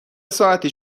ساعتی